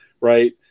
right